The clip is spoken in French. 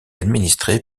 administrée